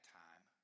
time